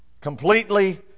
completely